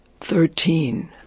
thirteen